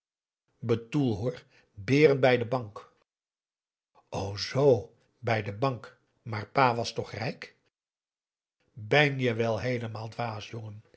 beren bij de bank o zoo bij de bank maar pa was toch rijk ben je wel heelemaal dwaas jongen